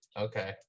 Okay